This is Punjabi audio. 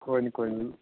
ਕੋਈ ਨਹੀਂ ਕੋਈ ਨਹੀਂ